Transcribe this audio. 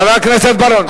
חבר הכנסת בר-און.